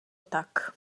tak